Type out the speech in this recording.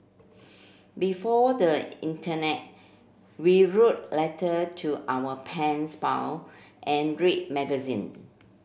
before the internet we wrote letter to our pens pal and read magazine